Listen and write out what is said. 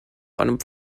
einem